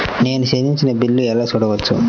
నేను చెల్లించిన బిల్లు ఎలా చూడవచ్చు?